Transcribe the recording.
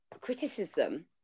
criticism